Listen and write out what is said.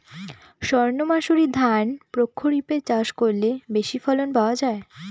সর্ণমাসুরি ধান প্রক্ষরিপে চাষ করলে বেশি ফলন পাওয়া যায়?